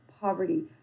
poverty